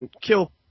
kill